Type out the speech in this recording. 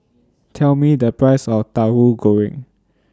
Tell Me The Price of Tahu Goreng